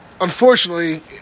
unfortunately